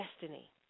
destiny